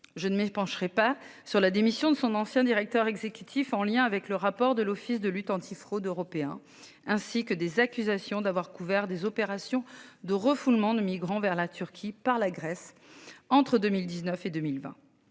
Je ne mets pencherait pas sur la démission de son ancien directeur exécutif en lien avec le rapport de l'Office de lutte antifraude européen ainsi que des accusations d'avoir couvert des opérations de refoulement de migrants vers la Turquie par la Grèce. Entre 2019 et 2020.